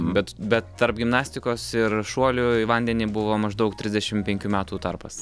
bet bet tarp gimnastikos ir šuolių į vandenį buvo maždaug trisdešim penkių metų tarpas